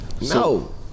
No